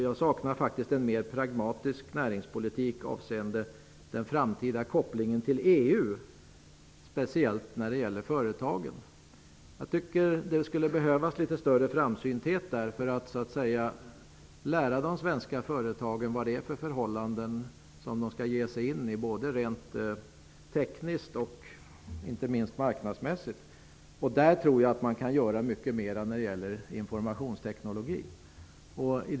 Jag saknar faktiskt en mer pragmatisk näringspolitik med avseende på den framtida kopplingen till EU, speciellt när det gäller företagen. Jag tycker att det skulle behövas litet större framsynthet för att så att säga lära de svenska företagen vad det är för förhållanden de skall ge sig in i rent tekniskt och -- inte minst -- marknadsmässigt. Där tror jag att man kan göra mycket mer när det gäller informationsteknologi.